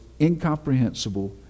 incomprehensible